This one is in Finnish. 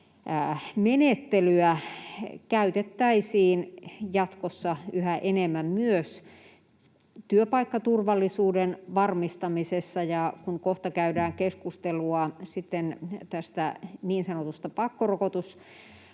testaamismenettelyä käytettäisiin jatkossa yhä enemmän myös työpaikkaturvallisuuden varmistamisessa. Kun kohta käydään keskustelua niin sanotusta pakkorokotuslaista